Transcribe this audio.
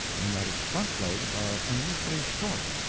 in that its front legs are unusually short,